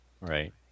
right